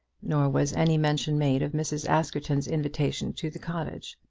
nor was any mention made of mrs. askerton's invitation to the cottage.